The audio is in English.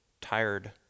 tired